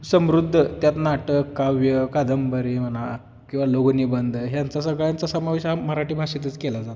समृद्ध त्यात नाटक काव्य कादंबरी म्हणा किंवा लोकनिबंध यांचा सगळ्यांचा समावेश हा मराठी भाषेतच केला जातो